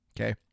okay